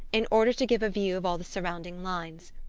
in order to give a view of all the surrounding lines.